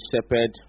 shepherd